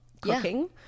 cooking